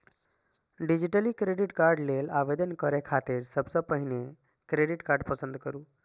digitally credit card लेल आवेदन करै खातिर सबसं पहिने क्रेडिट कार्ड पसंद करू